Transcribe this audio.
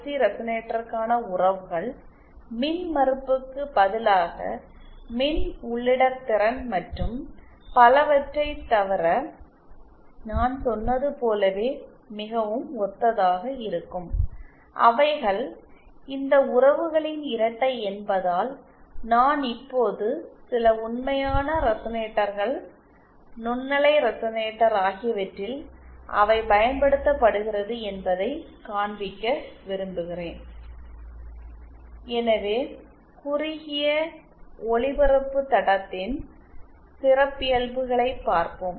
C ரெசனேட்டருக்கான உறவுகள் மின் மறுப்புக்கு பதிலாக மின்உள்ளிடற்திறன் மற்றும் பலவற்றை தவிர நான் சொன்னது போலவே மிகவும் ஒத்ததாக இருக்கும் அவைகள் இந்த உறவுகளின் இரட்டை என்பதால் நான் இப்போது சில உண்மையான ரெசனேட்டர்கள் நுண்ணலை ரெசனேட்டர் ஆகியவற்றில் அவை பயன்படுத்தப்படுகிறது என்பதை காண்பிக்க விரும்புகிறேன் எனவே குறுகிய ஒலிபரப்பு தடத்தின் சிறப்பியல்புகளைப் பார்ப்போம்